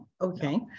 Okay